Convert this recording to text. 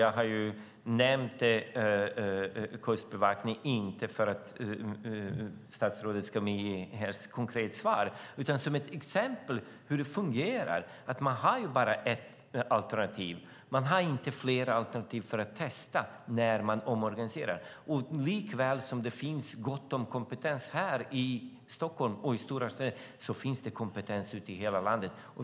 Jag har nämnt Kustbevakningen, inte för att statsrådet ska ge mig ett konkret svar utan som ett exempel på hur det fungerar, att man bara har ett alternativ. Man har inte flera alternativ för att testa när man omorganiserar. Lika väl som det finns gott om kompetens här i Stockholm och i stora städer finns det kompetens ute i hela landet.